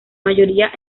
mayoría